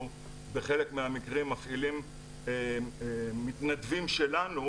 בחלק מהמקרים מפעילים מתנדבים שלנו,